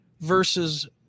versus